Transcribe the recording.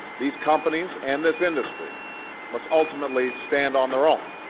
these companies and this industry must ultimately stand on their own,